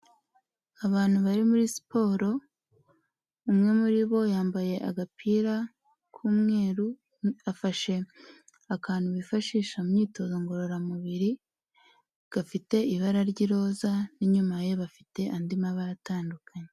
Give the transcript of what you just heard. Abantu bari muri siporo umwe muri bo yambaye agapira k'umweru afashe akantu bifashisha mu myitozo ngororamubiri, gafite ibara ry'iroza n'inyuma ye gafite andi mabara atandukanye.